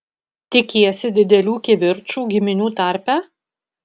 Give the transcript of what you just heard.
tikiesi didelių kivirčų giminių tarpe